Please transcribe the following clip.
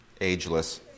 Ageless